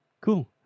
Cool